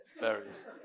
Berries